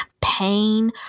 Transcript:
pain